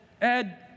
Ed